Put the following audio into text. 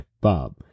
Bob